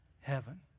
Heaven